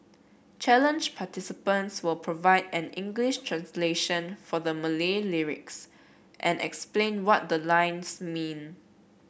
challenge participants will provide an English translation for the Malay lyrics and explain what the lines mean